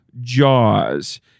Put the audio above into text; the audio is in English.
Jaws